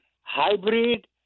hybrid